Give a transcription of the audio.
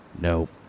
Nope